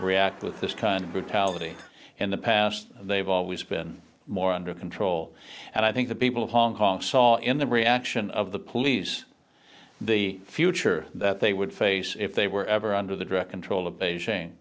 react with this kind of brutality in the past they've always been more under control and i think the people of hong kong saw in the reaction of the police the future that they would face if they were ever under the direct control of beijing